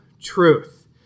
truth